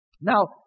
Now